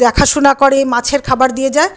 দেখাশোনা করে মাছের খাবার দিয়ে যায়